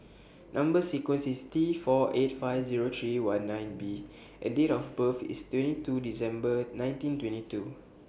Number sequence IS T four eight five Zero three one nine B and Date of birth IS twenty two December nineteen twenty two